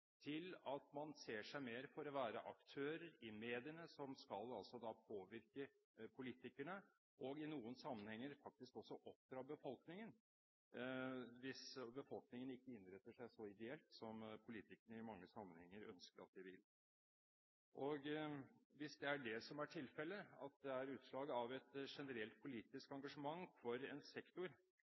til at man ser seg mer for å være aktører i mediene som altså skal påvirke politikerne og i noen sammenhenger faktisk oppdra befolkningen, hvis befolkningen ikke innretter seg så ideelt som politikerne i mange sammenhenger ønsker at de vil. Hvis det er tilfellet at det er utslag av et generelt politisk engasjement for en sektor